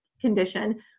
condition